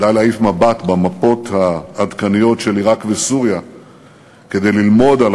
די להעיף מבט במפות העדכניות של עיראק וסוריה כדי ללמוד על